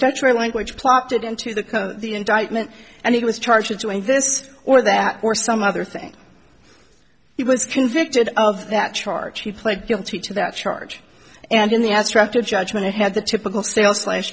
of language plopped it into the the indictment and he was charged with doing this or that or some other thing he was convicted of that charge he pled guilty to that charge and in the abstract a judgment it had the typical stale slash